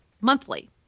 monthly